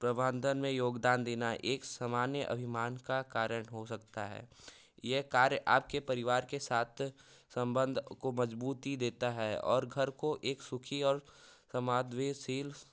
प्रबंधन में योगदान देना एक सामान्य अभिमान का कार्य हो सकता है ये कार्य आपके परिवार के साथ संबंध को मजबूती देता है और घर को एक सुखी और